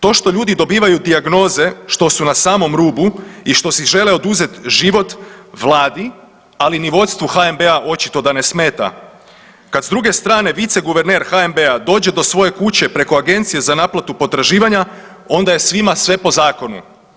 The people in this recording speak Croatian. To što ljudi dobivaju dijagnoze što su na samom rubu i što si žele oduzeti život Vladi, ali ni vodstvu HNB-a očito da ne smeta kad s druge strane viceguverner HNB-a dođe do svoje kuće preko Agencije za naplatu potraživanja, onda je svima sve po zakonu.